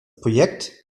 projekt